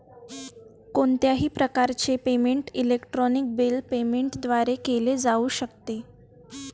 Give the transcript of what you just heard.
कोणत्याही प्रकारचे payment electronic bill payment द्वारे केले जाऊ शकते